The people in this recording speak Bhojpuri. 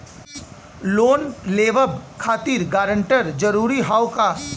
लोन लेवब खातिर गारंटर जरूरी हाउ का?